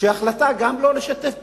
שגם ההחלטה לא לשתף פעולה,